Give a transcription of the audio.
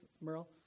Merle